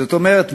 זאת אומרת,